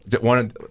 one